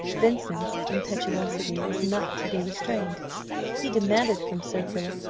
vincent's impetuosity was not to be restrained he demanded from sir philip,